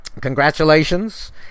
Congratulations